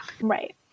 Right